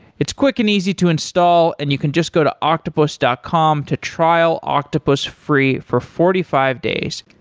it's quick and easy to install and you can just go to octopus dot com to trial octopus free for forty five days.